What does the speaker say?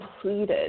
completed